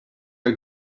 are